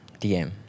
DM